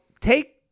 take